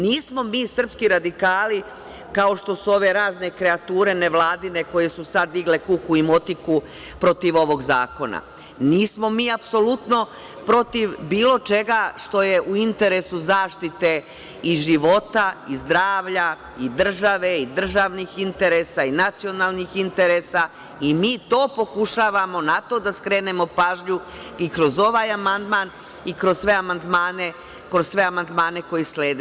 Nismo mi srpski radikali kao što su ove razne kreature nevladine koje su sad digle kuku i motiku protiv ovog zakona, nismo mi apsolutno protiv bilo čega što je u interesu zaštite i života i zdravlja i države i državnih interesa i nacionalnih interesa i mi na to pokušavamo da skrenemo pažnju i kroz ovaj amandman i kroz sve amandmane koji slede.